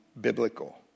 biblical